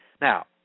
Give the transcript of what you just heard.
Now